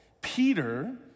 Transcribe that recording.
Peter